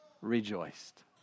rejoiced